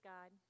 God